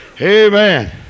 Amen